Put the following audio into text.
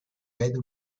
vede